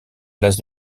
place